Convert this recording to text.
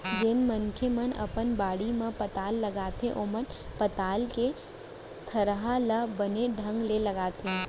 जेन मनसे मन अपन बाड़ी म पताल लगाथें ओमन पताल के थरहा ल बने ढंग ले लगाथें